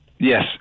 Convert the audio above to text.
Yes